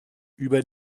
über